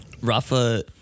Rafa